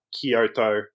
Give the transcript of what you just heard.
Kyoto